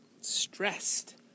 stressed